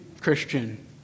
Christian